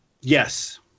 Yes